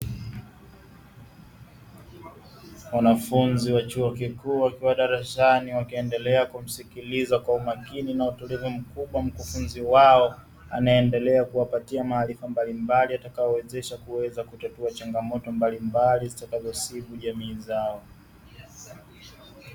Wanafunzi wa chuo kikuu, wakiwa darasani wakiendelea kumsikiliza kwa umakini na utulivu mkubwa mkufunzi wao, anaendelea kuwapatia maarifa mbalimbali yatakayoweza kuwawezesha kutatua changamoto mbalimbali zitazozosibu jamii zao .